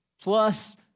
plus